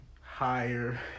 higher